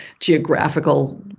geographical